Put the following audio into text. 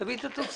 תביא את התוצאות.